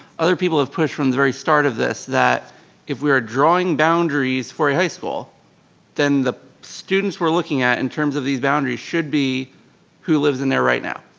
other people who have pushed from the very start of this that if we are drawing boundaries for a high school then the students we're looking at in terms of these boundaries should be who lives in there right now.